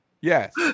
Yes